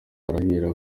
arahira